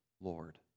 Lord